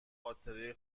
خاطره